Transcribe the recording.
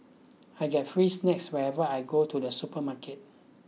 I get free snacks whenever I go to the supermarket